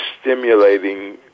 stimulating